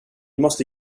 måste